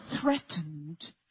threatened